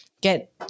get